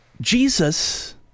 Jesus